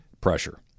Pressure